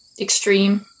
extreme